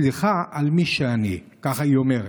סליחה על מי שאני" ככה היא אומרת.